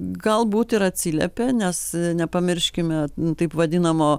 galbūt ir atsiliepė nes nepamirškime taip vadinamo